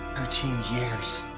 thirteen years